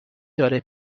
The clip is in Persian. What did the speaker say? داره